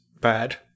bad